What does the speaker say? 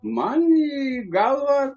man į galvą